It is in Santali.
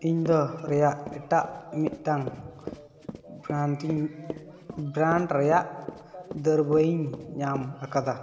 ᱤᱧᱫᱚ ᱨᱮᱭᱟᱜ ᱮᱴᱟᱜ ᱢᱤᱫᱴᱟᱱ ᱵᱨᱟᱱᱰ ᱤᱧ ᱵᱨᱟᱱᱰ ᱨᱮᱭᱟᱜ ᱫᱟᱹᱵᱤᱧ ᱧᱟᱢ ᱟᱠᱟᱫᱟ